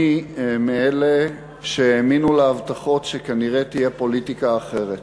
אני מאלה שהאמינו להבטחות שכנראה תהיה פוליטיקה אחרת.